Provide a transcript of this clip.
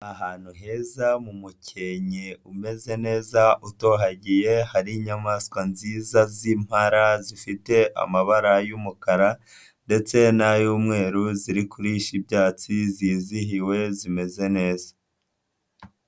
Ahantu heza mu mukenye umeze neza utohagiye hari inyamaswa nziza z'impara zifite amabara y'umukara ndetse n'ay'umweru ziri kurishabyatsi zizihiwe zimeze neza.